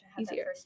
easier